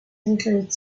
include